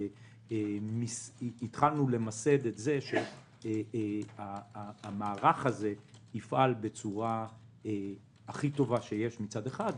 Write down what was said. ואנחנו התחלנו למסד שהמערך הזה יפעל בצורה הכי טובה מצד אחד,